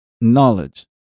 knowledge